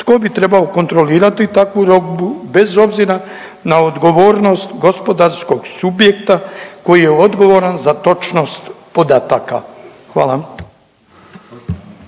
Tko bi trebao kontrolirati takvu robu bez obzira na odgovornost gospodarskog subjekta koji je odgovoran za točnost podataka? Hvala.